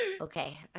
Okay